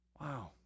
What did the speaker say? Wow